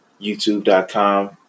youtube.com